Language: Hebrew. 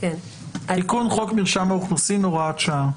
תיקון חוק מרשם האוכלוסין, הוראת שעה.